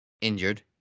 injured